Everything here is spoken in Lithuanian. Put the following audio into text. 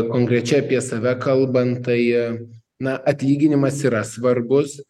konkrečiai apie save kalbant tai na atlyginimas yra svarbus